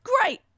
great